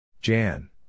Jan